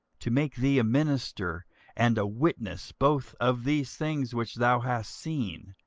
to make thee a minister and a witness both of these things which thou hast seen,